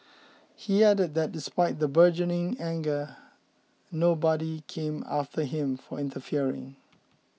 he added that despite the burgeoning anger nobody came after him for interfering